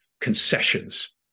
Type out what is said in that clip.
concessions